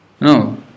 No